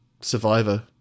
Survivor